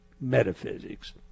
Metaphysics